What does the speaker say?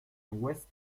west